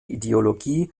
ideologie